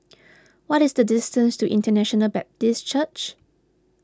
what is the distance to International Baptist Church